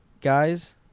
guys